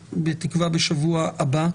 בתקווה בשבוע הבא.